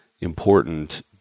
important